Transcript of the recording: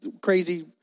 crazy